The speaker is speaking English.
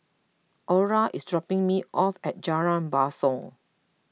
Orla is dropping me off at Jalan Basong